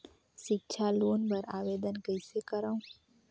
सिक्छा लोन बर आवेदन कइसे करव?